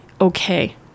okay